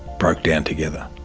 broke down together,